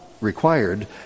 required